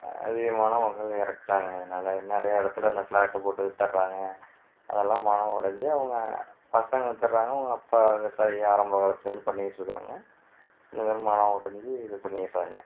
அதிகமானவங்கள் இறக்கறாங்க இதனால் நிறையா இடத்துல இந்த ஃப்ளாட்டு போட்டு விற்றுடுறாங்க அதெல்லாம் மனம் உடஞ்சு அவங்க பசங்க தெர்றாங்க அவங்க அப்பா விவசாயி ஆரம்ப காலத்துலந்து பண்ணியிட்ருக்காங்க இதிலந்து மனம் உடஞ்சு இது பண்ணியிடுறாங்க